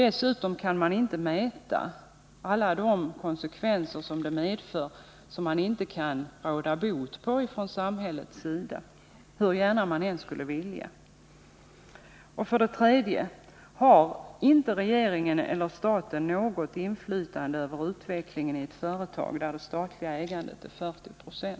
Dessutom kan man inte mäta alla de konsekvenser av en nedläggning som samhället inte kan råda bot på, hur gärna vi än skulle vilja. 3. Har inte regeringen eller staten något inflytande över utvecklingen i ett företag där det statliga ägandet är 40 96?